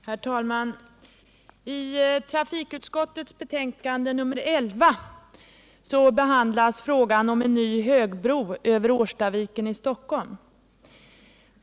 Herr talman! I trafikutskottets betänkande nr 11 behandlas frågan om en ny högbro över Årstaviken i Stockholm.